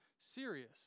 serious